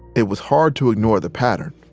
it was hard to ignore the pattern.